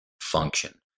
function